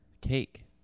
Cake